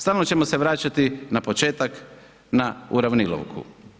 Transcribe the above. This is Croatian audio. Stalno ćemo se vraćati na početak na Uravnilovku.